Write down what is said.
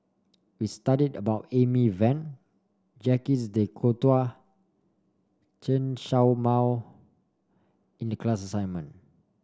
we studied about Amy Van Jacques De Coutre Chen Show Mao in the class assignment